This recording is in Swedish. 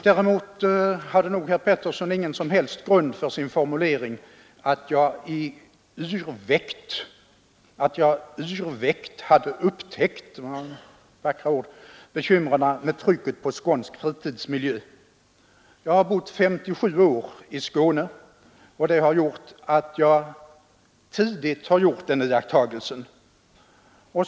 Herr Pettersson hade däremot ingen som helst grund för sin formulering att jag yrvaket hade upptäckt — vackra ord! — bekymren med trycket på skånsk fritidsmiljö. Jag har bott 57 år i Skåne, och det har medfört att jag tidigt har iakttagit trycket.